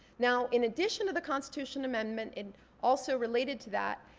now in addition to the constitution amendment, and also related to that,